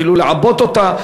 אפילו לעבות אותה,